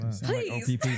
Please